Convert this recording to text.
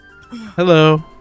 Hello